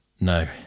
No